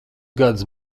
gadus